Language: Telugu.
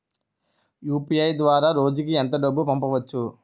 యు.పి.ఐ ద్వారా రోజుకి ఎంత డబ్బు పంపవచ్చు?